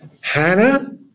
Hannah